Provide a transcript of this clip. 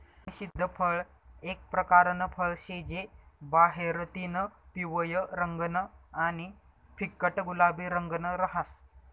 निषिद्ध फळ एक परकारनं फळ शे जे बाहेरतीन पिवयं रंगनं आणि फिक्कट गुलाबी रंगनं रहास